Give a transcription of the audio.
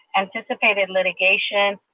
anticipated litigation,